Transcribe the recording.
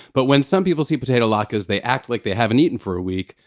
but, when some people see potato latkes, they act like they haven't eaten for a week.